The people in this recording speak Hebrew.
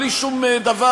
בלי שום דבר,